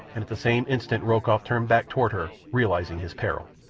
and at the same instant rokoff turned back toward her, realizing his peril.